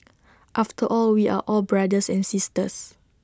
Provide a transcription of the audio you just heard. after all we are all brothers and sisters